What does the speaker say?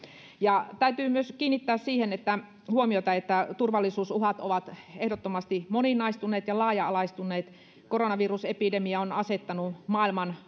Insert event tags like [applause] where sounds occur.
ja täytyy myös siihen kiinnittää huomiota että turvallisuusuhat ovat ehdottomasti moninaistuneet ja laaja alaistuneet koronavirusepidemia on asettanut maailman [unintelligible]